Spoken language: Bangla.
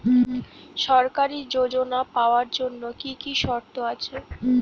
সরকারী যোজনা পাওয়ার জন্য কি কি শর্ত আছে?